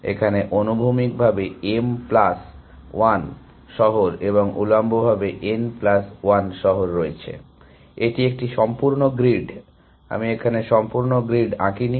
এখানে অনুভূমিকভাবে m plus 1 শহর এবং উল্লম্বভাবে n প্লাস 1 শহর রয়েছে । এটি একটি সম্পূর্ণ গ্রিড আমি এখানে সম্পূর্ণ গ্রিড আঁকিনি